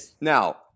Now